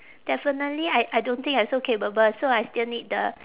definitely I I don't think I'm so capable so I still need the